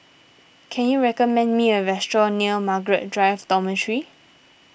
can you recommend me a restaurant near Margaret Drive Dormitory